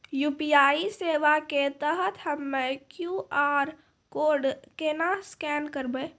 UPI सेवा के तहत हम्मय क्यू.आर कोड केना स्कैन करबै?